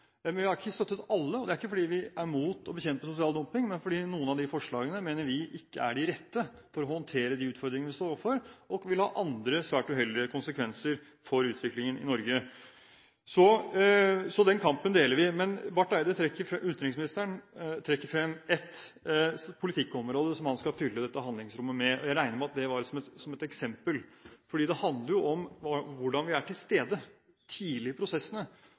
Vi har ikke støttet alle, og det er ikke fordi vi er imot å bekjempe sosial dumping, men fordi noen av de forslagene mener vi ikke er de rette for å håndtere de utfordringene vi står overfor, og vil ha andre, svært uheldige konsekvenser for utviklingen i Norge. Så den kampen deler vi. Utenriksministeren trekker frem ett politikkområde som han skal fylle dette handlingsrommet med, og jeg regner med at det var som et eksempel. Det handler jo om hvordan vi er til stede tidlig i prosessene.